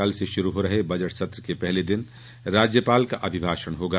कल से शुरू हो रहे बजट सत्र के पहले दिन राज्यपाल का अभिभाषण होगा